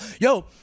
Yo